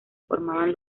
formaban